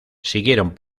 siguieron